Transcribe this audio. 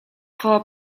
koło